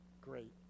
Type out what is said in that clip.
Great